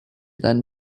then